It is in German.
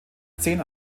zehn